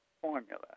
formula